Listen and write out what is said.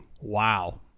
wow